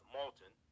Malton